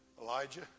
Elijah